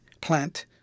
plant